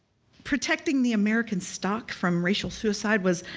protecting the american stock from racial suicide was,